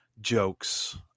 jokes